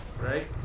Right